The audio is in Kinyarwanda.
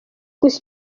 gusa